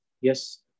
Yes